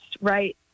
right